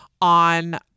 on